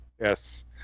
yes